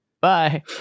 Bye